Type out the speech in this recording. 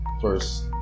First